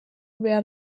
behar